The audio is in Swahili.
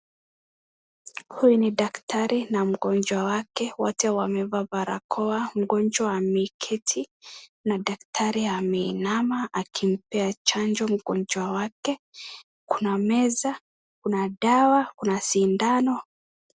Huyu ni daktari na mgonjwa wake. Wote wamevaa barakoa. Mgonjwa ameketi hapo. Kuna daktari ameinama akimpea chanjo mgonjwa wake. Kuna meza, kuna dawa, kuna sindano.